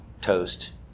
toast